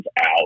out